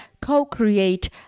co-create